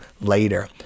later